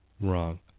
wrong